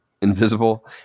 invisible